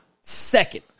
second